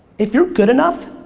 if you're good enough,